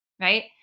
right